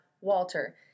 Walter